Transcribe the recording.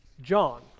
John